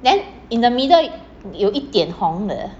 then in the middle 有一点红